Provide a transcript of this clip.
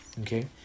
Okay